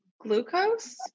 Glucose